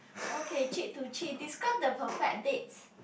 okay cheat to cheat describe the perfect dates